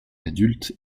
adulte